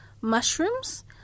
mushrooms